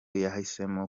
yahisemo